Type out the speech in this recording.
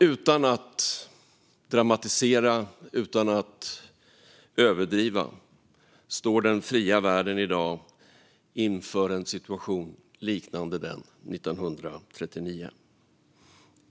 Utan att dramatisera eller överdriva står den fria världen i dag inför en situation liknande den 1939.